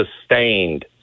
sustained